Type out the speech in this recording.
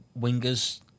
wingers